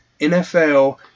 NFL